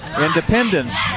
Independence